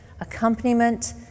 accompaniment